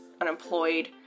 unemployed